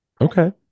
Okay